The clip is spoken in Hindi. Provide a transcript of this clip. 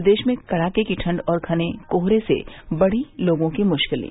प्रदेश में कड़ाके की ठण्ड और घने कोहरे से बढ़ी लोगों की मुश्किलें